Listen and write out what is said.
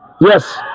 Yes